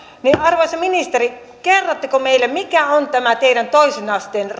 arvoisa ministeri kerrotteko meille mikä on tämän teidän toisen asteen